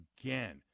again